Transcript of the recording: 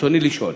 רצוני לשאול: